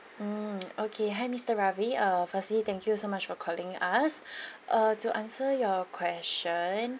mm okay hi mister Ravi uh firstly thank you so much for calling us uh to answer your question